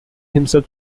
himself